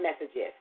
messages